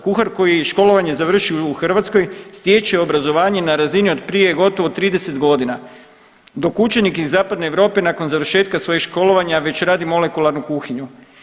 Kuhar koji školovanje završi u Hrvatskoj stječe obrazovanje na razini od prije gotovo 30.g., dok učenik iz zapadne Europe nakon završetka svojeg školovanja već radi molekularnu kuhinju.